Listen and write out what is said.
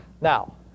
Now